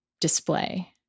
display